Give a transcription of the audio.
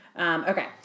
Okay